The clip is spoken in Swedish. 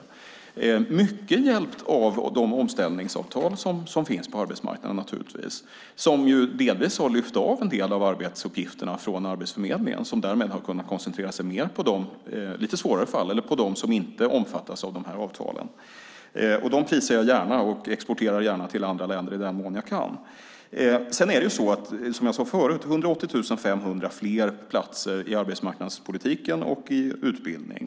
Man har naturligtvis varit mycket hjälpt av de omställningsavtal som finns på arbetsmarknaden, som har lyft av en del av arbetsuppgifterna från Arbetsförmedlingen, som därmed har kunnat koncentrera sig mer på de lite svårare fallen eller på dem som inte omfattas av de här avtalen. Dem prisar jag gärna, och jag exporterar dem gärna till andra länder i den mån jag kan. Sedan är det, som jag sade förut, 180 500 fler platser i arbetsmarknadspolitiken och i utbildning.